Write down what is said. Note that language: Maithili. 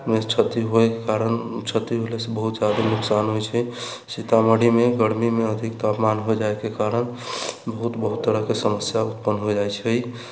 मे क्षति होइके कारण क्षति भेलासँ बहुत जादा नुकसान होइ छै सीतामढ़ीमे गरमीमे अधिक तापमान हो जाइके कारण बहुत बहुत तरहके समस्या उत्पन्न हो जाइ छै